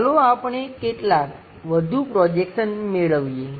ચાલો આપણે કેટલાક વધુ પ્રોજેક્શન મેળવીએ